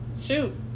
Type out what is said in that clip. shoot